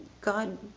God